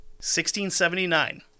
1679